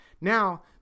Now